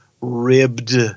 ribbed